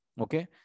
Okay